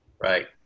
right